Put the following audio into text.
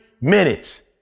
minutes